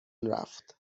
رفت